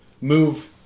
move